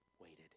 waited